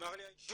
נגמר לי האישור,